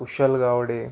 Ushal Gawade